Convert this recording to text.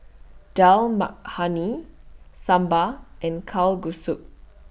Dal Makhani Sambar and Kalguksu